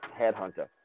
headhunter